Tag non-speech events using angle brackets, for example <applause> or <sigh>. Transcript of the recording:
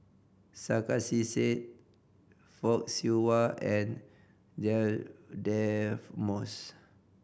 Sarkasi Said Fock Siew Wah and Dear <unintelligible> Moss